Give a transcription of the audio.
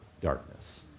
darkness